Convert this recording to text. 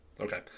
Okay